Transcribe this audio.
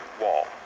wall